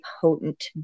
potent